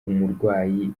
umurwayi